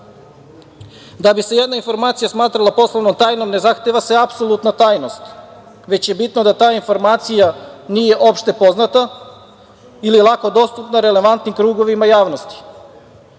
bi se jedna informacija smatrala poslovnom tajnom ne zahteva se apsolutna tajnost, već je bitno da ta informacija nije opšte poznata ili je lako dostupna relevantnim krugovima javnosti.